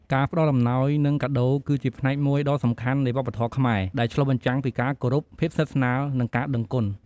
ការផ្តល់អំណោយ និងកាដូរ គឺជាផ្នែកមួយដ៏សំខាន់នៃវប្បធម៌ខ្មែរ ដែលឆ្លុះបញ្ចាំងពីការគោរព ភាពស្និទ្ធស្នាល និងការដឹងគុណ។